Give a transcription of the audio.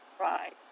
Right